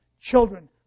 children